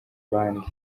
abandi